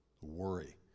Worry